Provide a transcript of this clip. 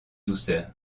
douceur